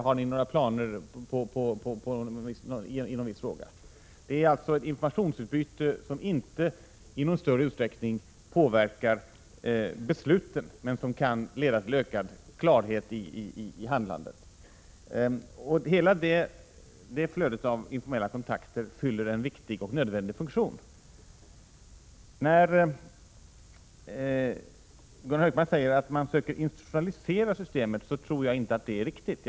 Har ni några planer i någon viss fråga? Det är alltså ett informationsutbyte som inte i någon större utsträckning påverkar besluten men som kan leda till ökad klarhet i handlandet. Hela det flödet av informella kontakter fyller en viktig och nödvändig funktion. Gunnar Hökmark säger att man söker institutionalisera systemet, men jag tror inte att det är riktigt.